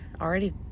already